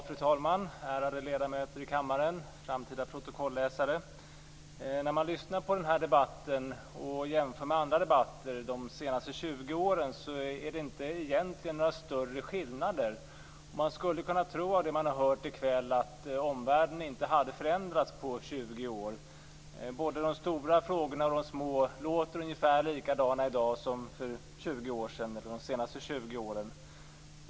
Fru talman! Ärade ledamöter i kammaren och framtida protokolläsare! När man lyssnar på den här debatten och jämför med andra debatter under de senaste 20 åren är det egentligen inte några större skillnader. Av det man har hört i kväll skulle man kunna tro att omvärlden inte har förändrats på 20 år. Både de stora frågorna och de små låter ungefär likadana i dag som de senaste 20 åren.